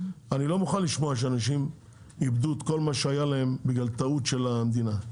אני לא מוכן לשמוע שאנשים איבדו את כל מה שהיה להם בגלל טעות של המדינה.